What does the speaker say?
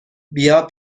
بیا